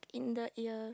in the ear